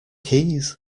keys